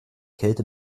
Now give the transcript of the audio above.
kälte